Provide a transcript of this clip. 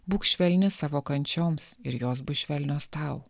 būk švelni savo kančioms ir jos bus švelnios tau